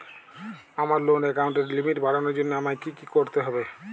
আমার লোন অ্যাকাউন্টের লিমিট বাড়ানোর জন্য আমায় কী কী করতে হবে?